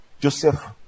Joseph